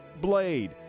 Blade